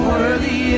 Worthy